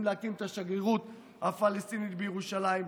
להקים את השגרירות הפלסטינית בירושלים,